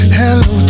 hello